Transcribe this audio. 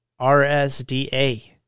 rsda